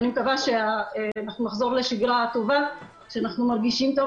אני מקווה שנחזור לשגרה הטובה שאנחנו מרגישים טוב,